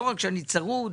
לא רק שאני צרוד,